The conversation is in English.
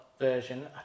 Version